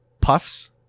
puffs